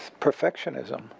perfectionism